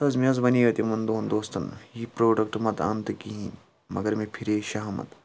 تہٕ حظ مےٚ حظ وَنِیو تِمَن دۄہن دوستَن یہِ پروڈَکٹ متہٕ اَن تہٕ کِہیٖنۍ مگر مےٚ پھِرے شہمَتھ